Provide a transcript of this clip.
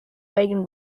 wagon